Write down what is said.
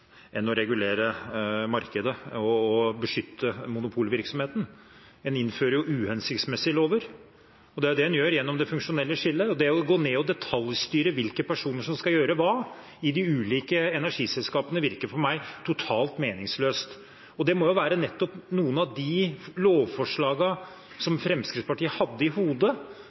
enn å regulere markedet og beskytte monopolvirksomheten. En innfører jo uhensiktsmessige lover, det er det en gjør gjennom det funksjonelle skillet. Det å gå ned og detaljstyre hvilke personer som skal gjøre hva i de ulike energiselskapene, virker for meg totalt meningsløst. Og det må jo være nettopp noen av de lovforslagene som Fremskrittspartiet hadde i hodet